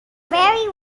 very